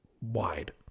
wide